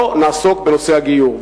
לא נעסוק בנושא הגיור.